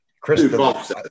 Chris